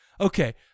Okay